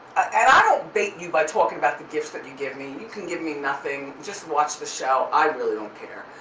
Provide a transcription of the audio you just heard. and i don't bait you by talking about the gifts that you give me, you can give me nothing. just watch the show, i really don't care,